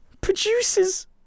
producers